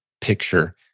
picture